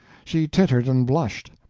she tittered and blushed.